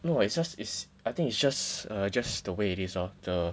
no is just is I think is just err just the way it is lor the